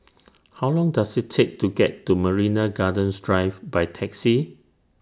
How Long Does IT Take to get to Marina Gardens Drive By Taxi